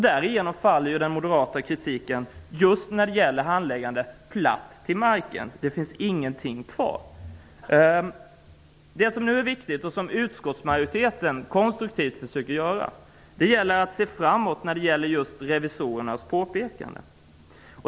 Därmed faller den moderata kritiken just när det gäller handläggandet platt till marken - det finns ingenting kvar. Vad som nu är viktigt och som utskottsmajoriteten konstruktivt ägnar sig åt är att se framåt när det gäller revisorernas påpekanden.